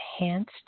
enhanced